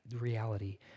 reality